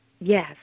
Yes